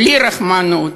בלי רחמנות,